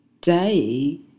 day